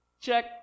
Check